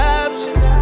options